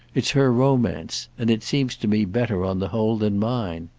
it's her romance and it seems to me better on the whole than mine.